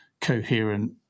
coherent